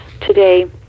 today